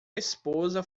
esposa